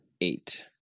eight